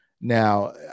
now